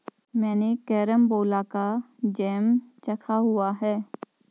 मैंने कैरमबोला का जैम चखा हुआ है